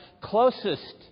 closest